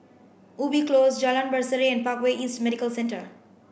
Ubi Close Jalan Berseri and Parkway East Medical Centre